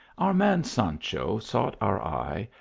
our man sancho sought our eye,